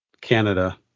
Canada